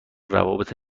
روابط